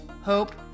hope